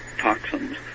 toxins